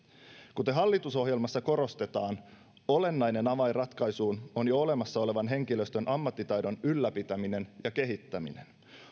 kuten hallitusohjelmassa korostetaan olennainen avain ratkaisuun on jo olemassa olevan henkilöstön ammattitaidon ylläpitäminen ja kehittäminen